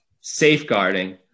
safeguarding